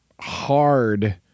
hard